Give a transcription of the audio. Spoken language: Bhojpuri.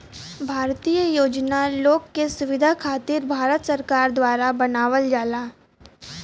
भारतीय योजना लोग के सुविधा खातिर भारत सरकार द्वारा बनावल जाला